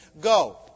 Go